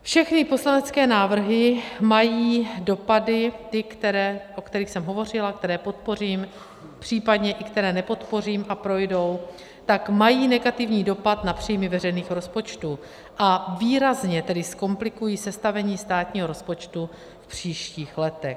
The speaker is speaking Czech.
Všechny poslanecké návrhy mají dopady, ty, o kterých jsem hovořila, které podpořím, případně i které nepodpořím a projdou, tak mají negativní dopad na příjmy veřejných rozpočtů, a výrazně tedy zkomplikují sestavení státního rozpočtu v příštích letech.